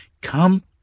Come